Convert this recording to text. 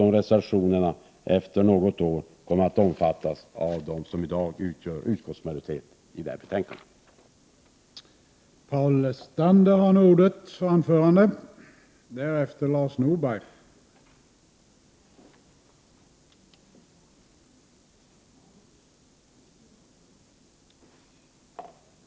1988/89:126 efter något år kommer att omfattas av dem som i dag utgör utskottsmajorite — 1 juni 1989 ten i det här betänkandet.